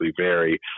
vary